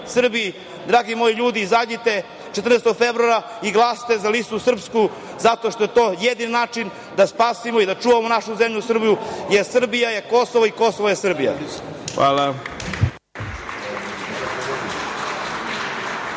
Srbi, dragi moji ljudi, izađite 14. februara i glasajte za Srpsku listu zato što je to jedini način da spasimo i da čuvamo našu zemlju Srbiju, jer Srbija je Kosovo i Kosovo je Srbija. **Ivica